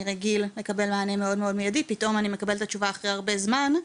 אני רגיל לקבל מענה מידי ופתאום אני מקבל את התשובה אחרי הרבה זמן,